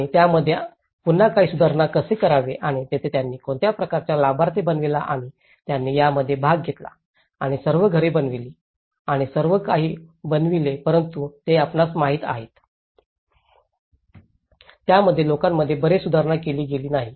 आणि त्यामध्ये पुन्हा काही सुधारण कसे करावे आणि येथे त्यांनी कोणत्या प्रकारचा लाभार्थी बनविला आणि त्यांनी यामध्ये भाग घेतला आणि सर्व घरे बनविली आणि सर्व काही बनवले परंतु जे आपण पाहत आहोत त्यामध्ये लोकांमध्ये बरेच सुधारण केले गेले नाही